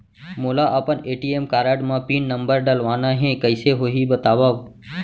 मोला अपन ATM card म पिन नंबर डलवाना हे कइसे होही बतावव?